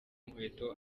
inkweto